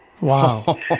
Wow